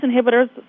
inhibitors